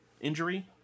injury